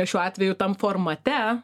šiuo atveju tam formate